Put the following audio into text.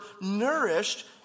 nourished